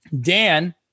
Dan